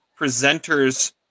presenters